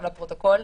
גם לפרוטוקול,